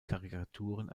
karikaturen